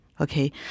okay